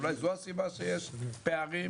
אולי זו הסיבה שיש פערים?